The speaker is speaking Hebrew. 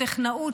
טכנאות,